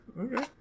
Okay